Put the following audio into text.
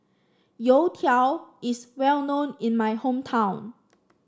youtiao is well known in my hometown